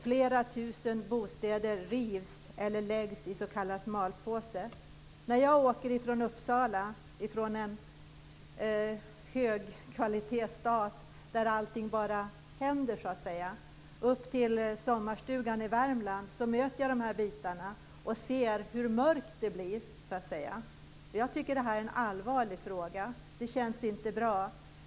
Flera tusen bostäder rivs eller läggs i s.k. malpåse. När jag åker från Uppsala - en "högkvalitetsstad" där allt händer - till sommarstugan i Värmland ser jag dessa områden och hur mörkt det blir. Detta är en allvarlig fråga. Det känns inte bra.